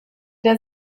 der